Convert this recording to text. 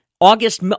August